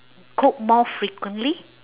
cook more frequently